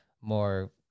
more